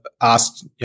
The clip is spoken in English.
asked